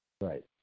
Right